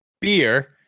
Beer